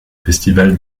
festival